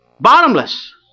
Bottomless